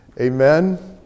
Amen